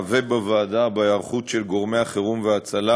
ובוועדה בהיערכות של גורמי החירום וההצלה,